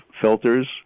filters